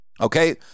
Okay